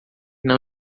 não